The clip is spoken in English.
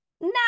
now